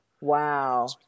Wow